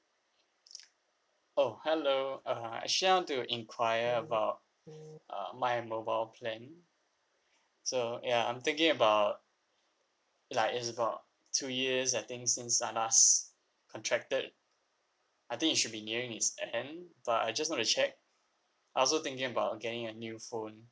oh hello uh I actually want to enquire about uh my mobile plan so ya I'm thinking about like it's about two years I think since I last contracted I think it should be nearing it's end but I just want to check I'm also thinking about getting a new phone